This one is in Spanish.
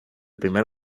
primer